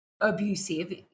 abusive